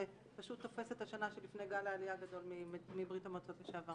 זה פשוט תופס את השנה שלפני גל העלייה הגדול מברית המועצות לשעבר.